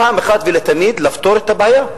ואחת ולתמיד לפתור את הבעיה?